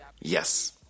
yes